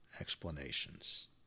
explanations